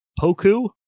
Poku